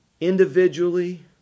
individually